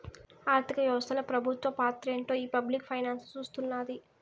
ఆర్థిక వ్యవస్తల పెబుత్వ పాత్రేంటో ఈ పబ్లిక్ ఫైనాన్స్ సూస్తున్నాది